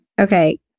Okay